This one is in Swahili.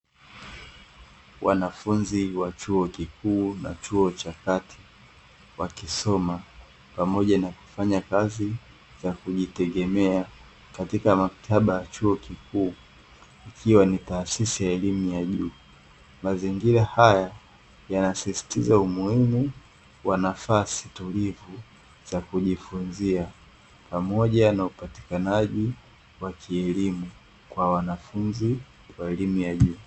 Wanafunzi wa chuo kikuu na chuo cha kati wakisoma pamoja na kufanya kazi za kujitegemea katiaka maktaba ya chuo kikuu ikiwa ni taasisi ya elimu ya juu. Mazingira haya yanasisitiza umuhimu wa nafasi tulivu za kujifunzia pamoja na upatikanaji wa kielimu kwa wanafunzi wa elimu ya juu.